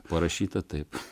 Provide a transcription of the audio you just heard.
parašyta taip